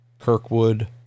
kirkwood